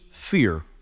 fear